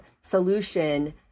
solution